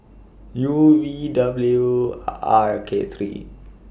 U V W R K three